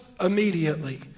immediately